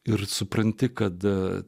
ir supranti kada